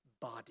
body